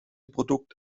produkt